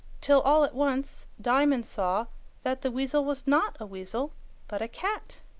till all at once diamond saw that the weasel was not a weasel but a cat.